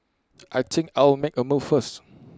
I think I'll make A move first